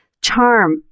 charm